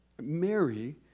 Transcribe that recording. Mary